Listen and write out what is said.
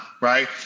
right